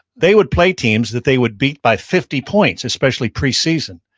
they would play teams that they would beat by fifty points, especially pre-season.